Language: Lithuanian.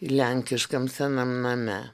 lenkiškam senam name